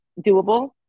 doable